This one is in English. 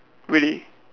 really